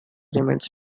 remains